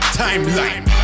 timeline